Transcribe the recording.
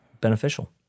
beneficial